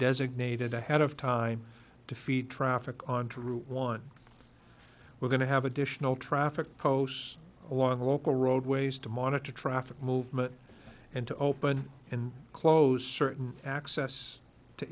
designated ahead of time to feed traffic onto route one we're going to have additional traffic posts along local roadways to monitor traffic movement and to open and close certain access to